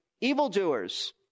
evildoers